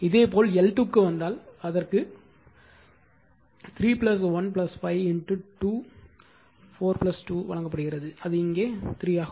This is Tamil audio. இதேபோல் L2 க்கு வந்தால் அதற்கு 3 1 5 2 4 2 வழங்கப்படுகிறது அது இங்கே 3 ஆகும்